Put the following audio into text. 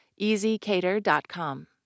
EasyCater.com